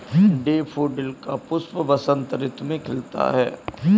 daffodil का पुष्प बसंत ऋतु में खिलता है